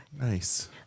Nice